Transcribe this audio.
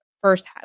first